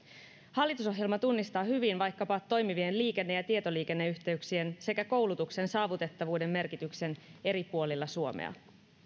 hallitusohjelma tunnistaa hyvin vaikkapa toimivien liikenne ja tietoliikenneyhteyksien sekä koulutuksen saavutettavuuden merkityksen eri puolilla suomea